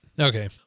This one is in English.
Okay